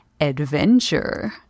adventure